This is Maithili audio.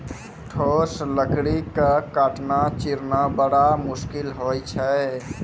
ठोस लकड़ी क काटना, चीरना बड़ा मुसकिल होय छै